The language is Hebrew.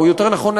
או יותר נכון,